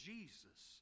Jesus